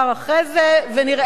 ונראה לי שראוי,